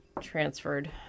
transferred